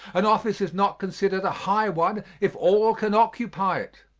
an office is not considered a high one if all can occupy it.